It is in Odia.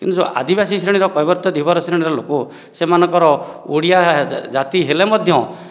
କିନ୍ତୁ ଯେଉଁ ଆଦିବାସୀ ଶ୍ରେଣୀର କୈବର୍ତ୍ତ ଧୀବର ଶ୍ରେଣୀ ର ଲୋକ ସେମାନଙ୍କର ଓଡ଼ିଆ ଜାତି ହେଲେ ମଧ୍ୟ